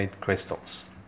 crystals